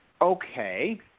Okay